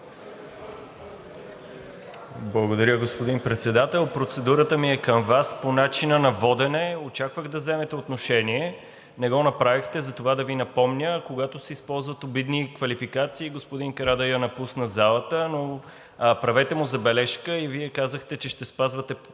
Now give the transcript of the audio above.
Благодаря, господин Председател. Процедурата ми е към Вас – по начина на водене. Очаквах да вземете отношение – не го направихте. Затова да Ви напомня – когато се използват обидни квалификации – господин Карадайъ напусна залата, но правете му забележка. Вие казахте, че ще спазвате